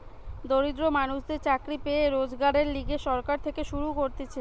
দরিদ্র মানুষদের চাকরি পেয়ে রোজগারের লিগে সরকার থেকে শুরু করতিছে